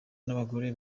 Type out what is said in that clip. n’abagore